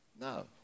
No